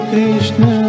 Krishna